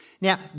Now